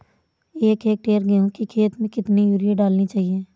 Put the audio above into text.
एक हेक्टेयर गेहूँ की खेत में कितनी यूरिया डालनी चाहिए?